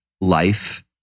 life